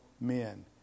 men